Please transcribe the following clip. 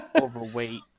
overweight